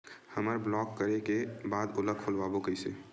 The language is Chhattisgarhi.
हमर ब्लॉक करे के बाद ओला खोलवाबो कइसे?